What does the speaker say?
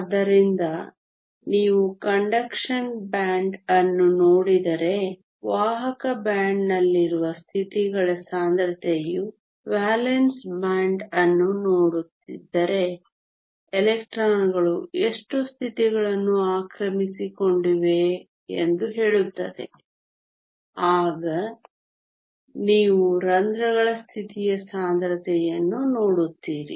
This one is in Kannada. ಆದ್ದರಿಂದ ನೀವು ಕಂಡಕ್ಷನ್ ಬ್ಯಾಂಡ್ ಅನ್ನು ನೋಡಿದರೆ ವಾಹಕ ಬ್ಯಾಂಡ್ನಲ್ಲಿರುವ ಸ್ಥಿತಿಗಳ ಸಾಂದ್ರತೆಯು ವೇಲೆನ್ಸ್ ಬ್ಯಾಂಡ್ ಅನ್ನು ನೋಡುತ್ತಿದ್ದರೆ ಎಲೆಕ್ಟ್ರಾನ್ಗಳು ಎಷ್ಟು ಸ್ಥಿತಿಗಳನ್ನು ಆಕ್ರಮಿಸಿಕೊಂಡಿವೆ ಎಂದು ಹೇಳುತ್ತದೆ ಆಗ ನೀವು ರಂಧ್ರಗಳ ಸ್ಥಿತಿಯ ಸಾಂದ್ರತೆಯನ್ನು ನೋಡುತ್ತೀರಿ